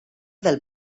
del